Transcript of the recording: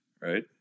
Right